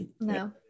no